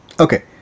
Okay